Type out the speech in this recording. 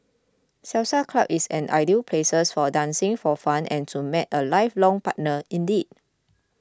salsa club is an ideal places for dancing for fun and to meet a lifelong partner indeed